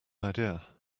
idea